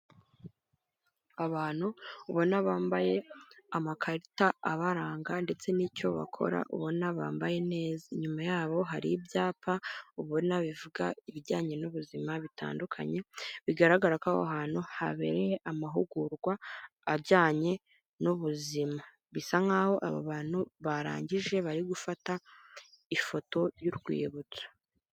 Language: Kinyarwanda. Abantu ubona bambaye amakarita abaranga ndetse n'icyo bakora ubona bambaye neza, inyuma yabo hari ibyapa ubona bivuga ibijyanye n'ubuzima bitandukanye, bigaragara ko aho hantu habereye amahugurwa ajyanye n'ubuzima, bisa nk'aho aba bantu barangije bari gufata ifoto y'urwibutso.